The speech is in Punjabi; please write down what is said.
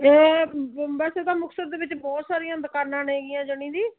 ਇਹ ਵੈਸੇ ਤਾਂ ਮੁਕਤਸਰ ਦੇ ਵਿੱਚ ਬਹੁਤ ਸਾਰੀਆਂ ਦੁਕਾਨਾਂ ਹੈਗੀਆਂ ਯਾਨੀ ਇਹਦੀ